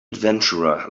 adventurer